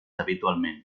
habitualment